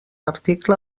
article